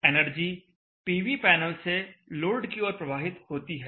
energy PV panel से load की ओर प्रवाहित होती है